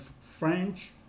French